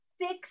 Six